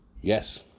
Yes